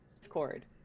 Discord